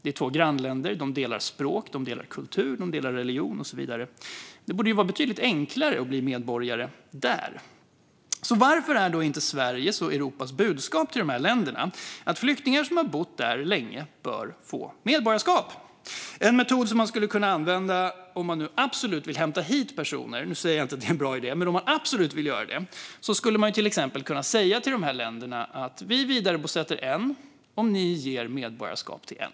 Det är två grannländer. De delar språk, kultur, religion och så vidare. Det borde vara betydligt enklare att bli medborgare där. Varför är de inte Sveriges och Europas budskap till de länderna att flyktingar som har bott där länge bör få medborgarskap? En metod som man skulle kunna använda om man nu absolut vill hämta hit personer - nu säger jag inte att det är en bra idé - är att till exempel säga till de här länderna att vi vidarebosätter en om ni ger medborgarskap till en.